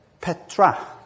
petra